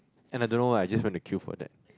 and I don't know why I just went to queue for that